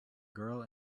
girl